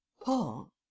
Paul